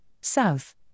South